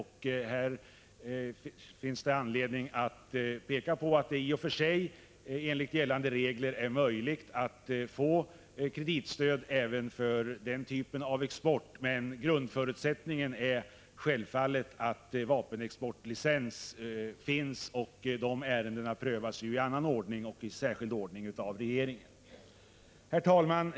Här finns det anledning att peka på att det i och för sig enligt gällande regler är möjligt att få kreditstöd även för den typen av export. Men grundförutsättningen är självfallet att vapenexportlicens finns, och de ärendena prövas i särskild ordning av regeringen. Herr talman!